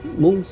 muốn